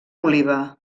oliva